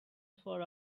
for